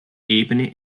ebene